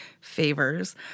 favors